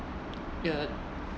uh